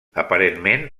aparentment